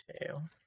tail